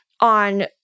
on